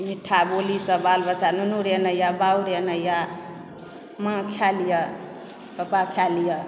मीठा बोलीसँ बाल बच्चा नुनु रे एने आ या बाउ रे एने आ माँ खाय लिअ पापा खाय लिअ